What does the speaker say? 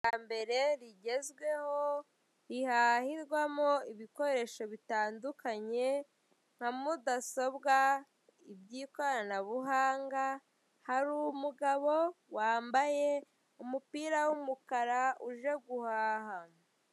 Ryambere rigezweho rihahirwamo ibikoresho bitandukanye nka mudashobwa, ibyikoranabuhanga hari umugabo wambaye umupira w'umukara uje guhaha.